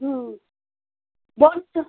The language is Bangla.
হুম বন্ধু